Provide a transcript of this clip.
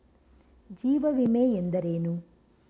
ಜೀವ ವಿಮೆ ಎಂದರೇನು?